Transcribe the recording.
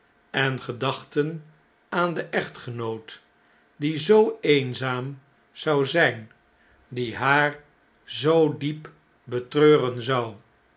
en gedachten aan den echtgenoot die zoo eenzaam zou zp die haar zoo diep betreuren zou